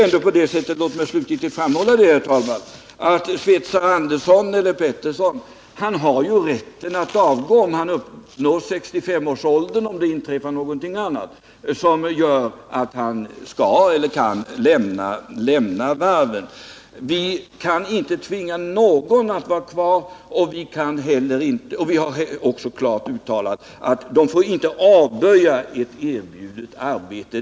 Låt mig slutligen framhålla att svetsare Andersson eller Pettersson har rätt att avgå om han uppnår 65 års ålder eller om det inträffar något annat som gör att han skall eller kan lämna varvet. Vi kan inte tvinga någon att vara kvar, och vi har klart uttalat att man inte får avböja ett erbjudet arbete.